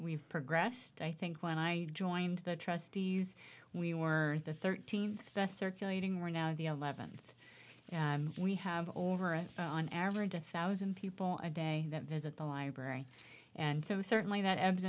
we've progressed i think when i joined the trustees we were the thirteenth that's circulating right now of the eleventh and we have over it on average a thousand people a day that visit the library and so certainly that ebbs